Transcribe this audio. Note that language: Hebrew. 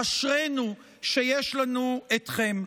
אשרינו שיש לנו אתכם.